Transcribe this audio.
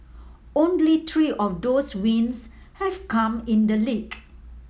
only tree of those wins have come in the leek